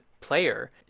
player